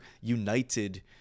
united